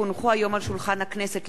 כי הונחו היום על שולחן הכנסת,